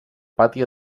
pati